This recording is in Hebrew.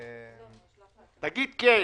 תגיד כן,